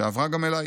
שעברה גם אליי.